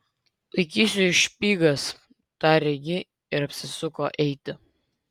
laikysiu špygas tarė ji ir apsisuko eiti